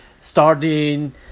starting